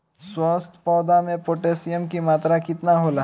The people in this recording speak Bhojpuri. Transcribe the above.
स्वस्थ पौधा मे पोटासियम कि मात्रा कितना होला?